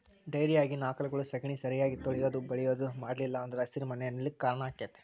ಡೈರಿಯಾಗಿನ ಆಕಳಗೊಳ ಸಗಣಿ ಸರಿಯಾಗಿ ತೊಳಿಯುದು ಬಳಿಯುದು ಮಾಡ್ಲಿಲ್ಲ ಅಂದ್ರ ಹಸಿರುಮನೆ ಅನಿಲ ಕ್ಕ್ ಕಾರಣ ಆಕ್ಕೆತಿ